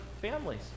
families